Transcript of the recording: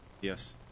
Yes